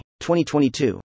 2022